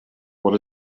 what